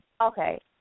Okay